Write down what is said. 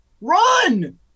Run